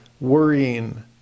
worrying